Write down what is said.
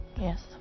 Yes